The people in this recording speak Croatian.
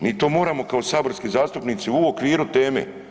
Mi to moramo kao saborski zastupnici u okviru teme.